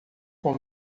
com